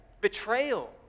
betrayal